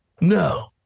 No